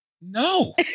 no